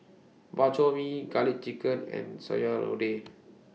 Bak Chor Mee Garlic Chicken and Sayur Lodeh